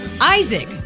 Isaac